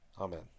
Amen